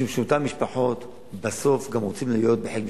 משום שאותם אנשים בסוף גם רוצים להיות בחיק משפחתם.